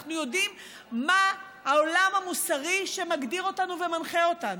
אנחנו יודעים מה העולם המוסרי שמגדיר אותנו ומנחה אותנו,